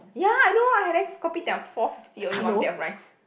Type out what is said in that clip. ya I know and then Kopitiam forty fifty only one plate of rice